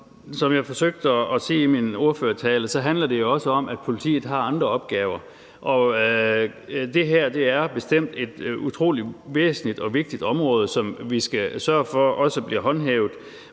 Som jeg forsøgte at sige i min ordførertale, handler det jo også om, at politiet har andre opgaver. Det her er bestemt et utrolig væsentligt og vigtigt område, som vi skal sørge for også bliver håndhævet,